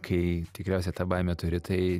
kai tikriausia tą baimę turi tai